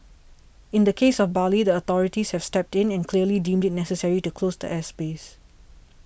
in the case of Bali the authorities have stepped in and clearly deemed it necessary to close the airspace